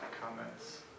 comments